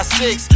six